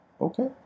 okay